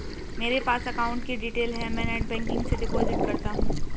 मेरे पास अकाउंट की डिटेल है मैं नेटबैंकिंग से डिपॉजिट करता हूं